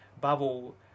bubble